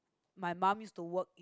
my mum is to work in